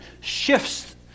shifts